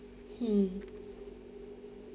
hmm